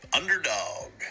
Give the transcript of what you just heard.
underdog